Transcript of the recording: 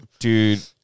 dude